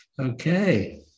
Okay